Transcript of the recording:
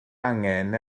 angen